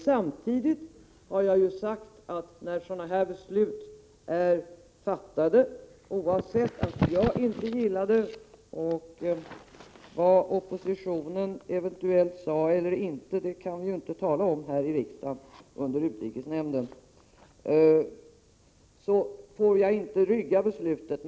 Samtidigt har jag ju sagt att när ett sådant här beslut är fattat, oavsett om jag inte gillar det — och vad oppositionen eventuellt sade eller inte sade i utrikesnämnden kan vi ju inte tala om här i riksdagen —, får jag inte rygga beslutet.